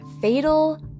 fatal